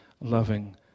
loving